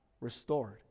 restored